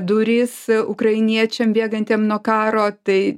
duris ukrainiečiam bėgantiem nuo karo tai